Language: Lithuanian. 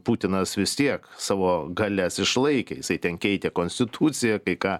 putinas vis tiek savo galias išlaikė jisai ten keitė konstituciją kai ką